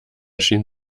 schien